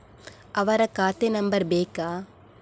ಅವರ ಖಾತೆ ನಂಬರ್ ಬೇಕಾ?